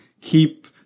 keep